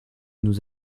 nous